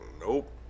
Nope